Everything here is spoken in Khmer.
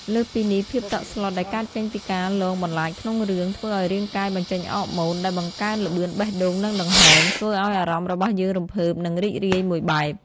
លើសពីនេះ ភាពតក់ស្លុតដែលកើតចេញពីការលងបន្លាចក្នុងរឿង ធ្វើឲ្យរាងកាយបញ្ចេញអរម៉ូន ដែលបង្កើនល្បឿនបេះដូងនិងដង្ហើម ធ្វើឲ្យអារម្មណ៍របស់យើងរំភើបនិងរីករាយមួយបែប។